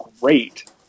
great